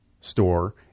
store